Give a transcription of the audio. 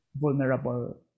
vulnerable